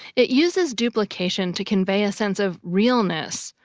it uses duplication to convey a sense of realness,